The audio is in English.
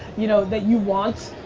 you know that you want,